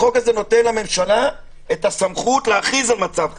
החוק הזה נותן לממשלה את הסמכות להכריז על מצב חירום.